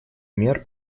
мер